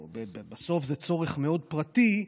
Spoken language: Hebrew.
שבסוף זה צורך מאוד פרטי,